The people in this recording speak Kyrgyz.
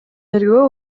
тергөө